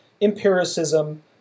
empiricism